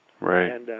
Right